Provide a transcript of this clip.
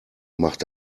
macht